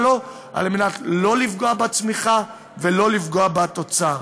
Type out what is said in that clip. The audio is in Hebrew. כדי שלא לפגוע בצמיחה ולא לפגוע בתוצר.